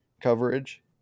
coverage